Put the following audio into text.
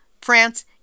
France